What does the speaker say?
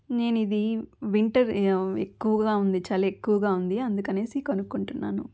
నేను ఇది వింటర్ ఎక్కువగా ఉంది చలి ఎక్కువగా ఉంది అందుకని కొనుక్కుంటున్నాను